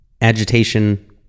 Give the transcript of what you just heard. agitation